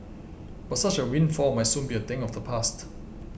but such a windfall might soon be a thing of the past